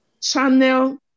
channel